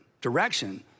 direction